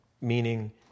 meaning